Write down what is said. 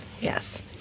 Yes